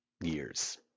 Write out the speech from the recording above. years